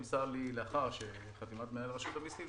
לאחר חתימת מנהל רשות המיסים,